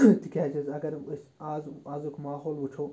تِکیٛازِ حظ اگر أسۍ آز آزُک ماحول وٕچھو